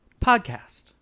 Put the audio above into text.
podcast